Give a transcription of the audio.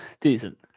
decent